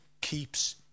keeps